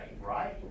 right